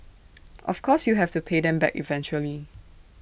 of course you have to pay them back eventually